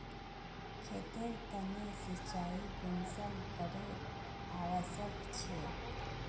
खेतेर तने सिंचाई कुंसम करे आवश्यक छै?